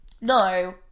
no